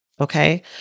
okay